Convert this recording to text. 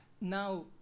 now